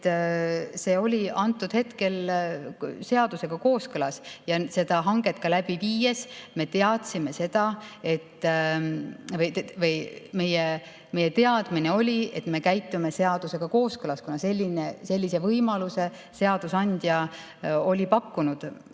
see oli antud hetkel seadusega kooskõlas. Ja seda hanget läbi viies me teadsime seda, meie teadmine oli, et me käitume seadusega kooskõlas, kuna sellise võimaluse seadusandja oli pakkunud.